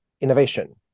innovation